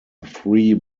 three